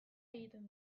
egiten